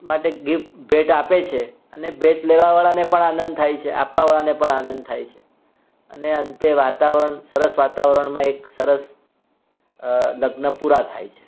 માટે ગીફ્ટ ભેટ આપે છે અને ભેટ લેવાવાળાને પણ આંનદ થાય છે અને આપવાવાળાને પણ આનંદ થાય છે અને અંતે વાતાવરણ સરસ વાતાવરણમાં એક સરસ લગ્ન પૂરાં થાય છે